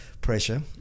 pressure